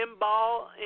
pinball